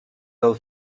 del